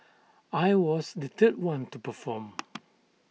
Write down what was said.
I was the third one to perform